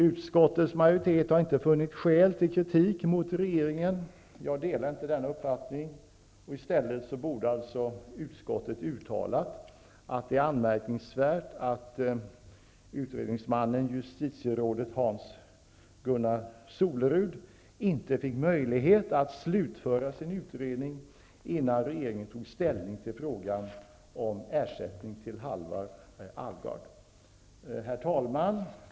Utskottets majoritet har inte funnit skäl till kritik mot regeringen. Jag delar inte den uppfattningen. I stället borde utskottet uttala att det är anmärkningsvärt att utredningsmannen, justitierådet Hans-Gunnar Solerud, inte fick möjlighet att slutföra sin utredning innan regeringen tog ställning till frågan om ersättning till Herr talman!